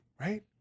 right